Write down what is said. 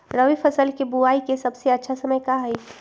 रबी फसल के बुआई के सबसे अच्छा समय का हई?